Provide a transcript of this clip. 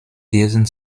diesen